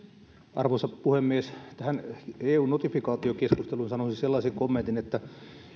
arvoisa puhemies tähän eu notifikaatiokeskusteluun sanoisin sellaisen kommentin että